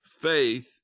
faith